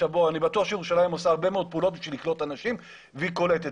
אני בטוח שירושלים עושה רבה מאוד פעולות בשביל לקלוט אנשים והיא קולטת,